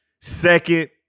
second